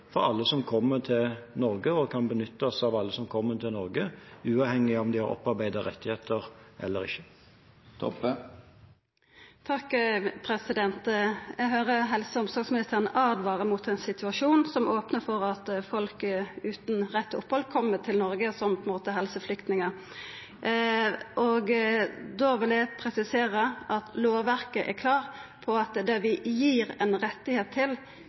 og kan benyttes av alle som kommer til Norge, uavhengig av om de har opparbeidet rettigheter eller ikke. Eg høyrer helse- og omsorgsministeren åtvara mot ein situasjon som opnar for at folk utan rett til opphald, kjem til Noreg som – på ein måte – helseflyktningar. Då vil eg presisera at lovverket er klart på at det vi gir ein rett til,